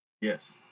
Yes